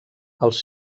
els